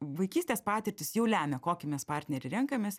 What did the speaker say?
vaikystės patirtys jau lemia kokį mes partnerį renkamės